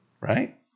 right